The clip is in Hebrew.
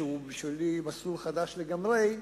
שבשבילי הוא מסלול חדש לגמרי,